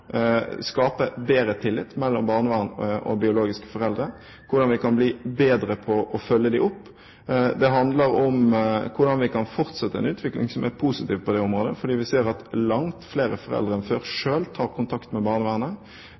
skape bedre tillit mellom barnevern og biologiske foreldre, og hvordan vi kan bli bedre på å følge dem opp. Det handler om hvordan vi kan fortsette en utvikling som er positiv på det området, fordi vi ser at langt flere foreldre enn før selv tar kontakt med barnevernet.